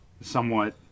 Somewhat